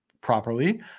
properly